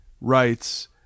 writes